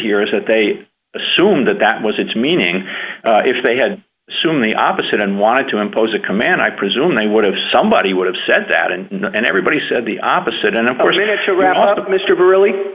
here is that they assume that that was its meaning if they had soon the opposite and wanted to impose a command i presume they would have somebody would have said that and everybody said the opposite and of course they